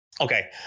Okay